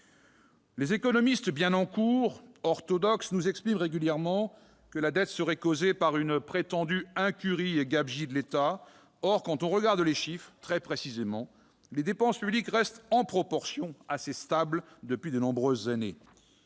Les économistes bien en cour, orthodoxes, nous expliquent régulièrement que la dette serait causée par une prétendue incurie et gabegie de l'État. Pourtant, quand on examine très précisément les chiffres, les dépenses publiques restent, en proportion, assez stables depuis de nombreuses années.